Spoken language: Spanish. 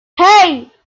hey